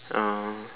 um